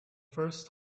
first